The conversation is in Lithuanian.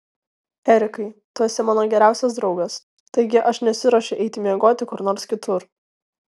erikai tu esi mano geriausias draugas taigi aš nesiruošiu eiti miegoti kur nors kitur